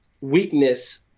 weakness